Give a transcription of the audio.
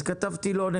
4: